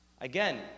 Again